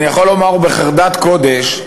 אני יכול לומר, ובחרדת קודש,